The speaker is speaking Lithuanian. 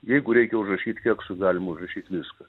jeigu reikia užrašyt keksui galima užrašyt viską